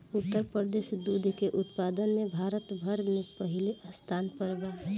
उत्तर प्रदेश दूध के उत्पादन में भारत भर में पहिले स्थान पर बा